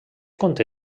conté